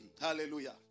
hallelujah